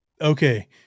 okay